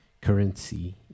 currency